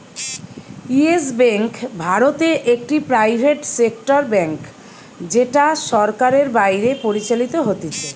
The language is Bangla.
ইয়েস বেঙ্ক ভারতে একটি প্রাইভেট সেক্টর ব্যাঙ্ক যেটা সরকারের বাইরে পরিচালিত হতিছে